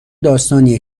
داستانیه